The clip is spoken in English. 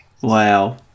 Wow